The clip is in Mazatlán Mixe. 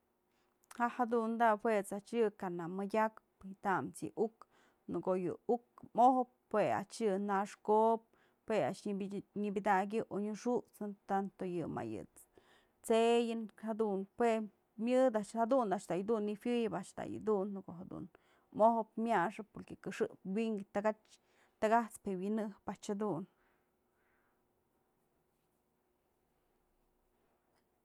Ja'a jadunta juet's a'ax yë kanëmëdyakpë tam's yë uk, në ko'o yë uk mojëp jue a'ax yë naxkobë, jue a'ax nyëpëdakyë onyëxujsnë tanto mëyë t'se'eyën, jadun jue myëdë a'ax jadun a'ax da yëdun nëjuëyëb da a'ax yë dun në ko'o jedun mojëp myaxëp këxëp wynkë tëkatyë, takat'spë je winjëp a'ax jedun.